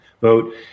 vote